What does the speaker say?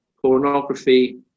Pornography